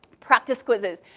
practice quizzes.